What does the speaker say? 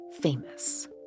famous